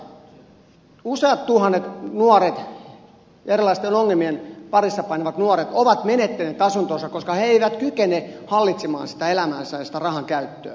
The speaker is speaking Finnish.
tämän johdosta ovat useat tuhannet erilaisten ongelmien parissa painivat nuoret menettäneet asuntonsa koska he eivät kykene hallitsemaan elämäänsä ja rahankäyttöään